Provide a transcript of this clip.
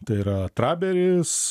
tai yra traberis